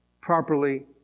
properly